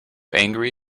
angry